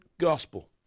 Gospel